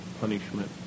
punishment